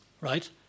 Right